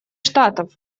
штатов